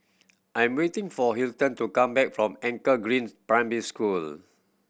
I'm waiting for Hilton to come back from Anchor Green Primary School